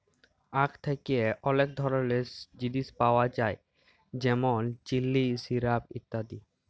আখ থ্যাকে অলেক ধরলের জিলিস পাওয়া যায় যেমল চিলি, সিরাপ ইত্যাদি